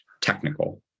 technical